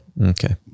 Okay